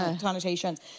connotations